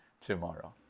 tomorrow